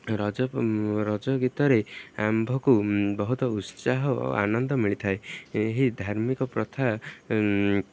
ରଜ ରଜ ଗୀତରେ ଆମ୍ଭକୁ ବହୁତ ଉତ୍ସାହ ଓ ଆନନ୍ଦ ମିଳିଥାଏ ଏହି ଧାର୍ମିକ ପ୍ରଥା